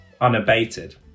unabated